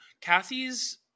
Kathy's